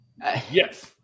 Yes